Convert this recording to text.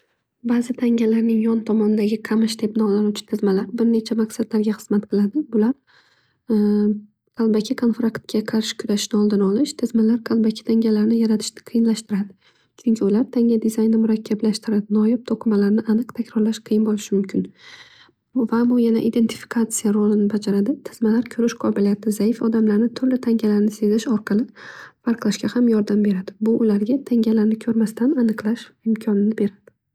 Bazi tangalarning yon tomonidagi qamish deb nomlanuvchi tizmalar bir necha maqsadlarga xizmat qiladi. Bular qalbaki konfraktga qarshi kurashishni oldini olish. Tizmalar qalbaki tangalarni yaratishni qiyinlashtiradi, chunki ular tanga dizayni murakkamlashtirib noyob to'qimalarni aniq takrorlash qiyin bo'lishi mumkin. Va bu yana identifikatsiya ro'lini bajaradi. Tizmalar ko'rish qobiliyati zaif odamlarni turli tangalar orqali sezish orqali farqlashga ham yordam beradi. Bu ularga tangalarni ko'rmasdan aniqlash imkonini beradi.